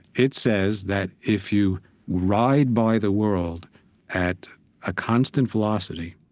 it says that if you ride by the world at a constant velocity,